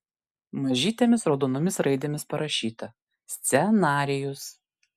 mažytėmis raudonomis raidėmis parašyta scenarijus